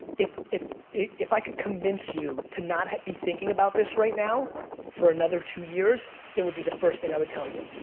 if if i could convince you to not be thinking about this right now for another two years, it would be the first thing i would tell you.